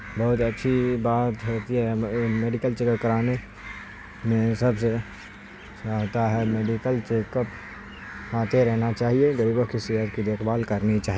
بہت اچھی بات ہوتی ہے میڈیکل چیک اپ کرانے میں سب سے آتا ہے میڈیکل چیک اپ کراتے رہنا چاہیے غریبوں کی صحت کی دیکھ بھال کرنی چاہ